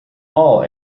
all